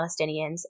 Palestinians